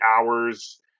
Hours